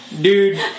dude